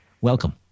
Welcome